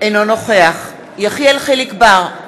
אינו נוכח יחיאל חיליק בר,